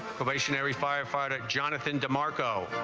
firefighter jonathan demarco.